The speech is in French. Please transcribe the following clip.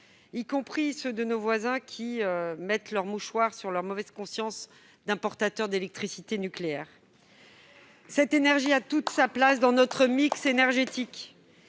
y compris ceux de nos voisins qui mettent leur mouchoir sur leur mauvaise conscience d'importateurs d'électricité nucléaire. Cette énergie a toute sa place dans notre mix énergétique,